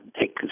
take